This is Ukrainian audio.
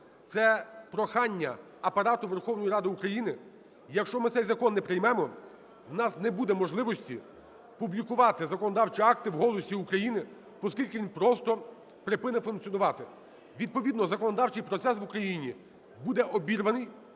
Це прохання Апарату Верховної Ради України. Якщо ми цей закон не приймемо, у нас не буде можливості публікувати законодавчі акти в "Голосі України", поскільки він просто припинить функціонувати. Відповідно законодавчий процес в Україні буде обірваний